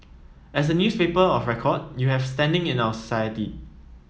as the newspaper of record you have standing in our society